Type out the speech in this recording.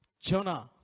Jonah